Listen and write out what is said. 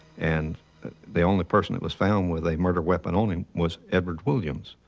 and the only person that was found with a murder weapon on him was edward williams.